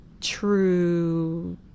true